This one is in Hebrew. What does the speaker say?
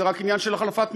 זה רק עניין של החלפת מילים,